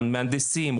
מהנדסים,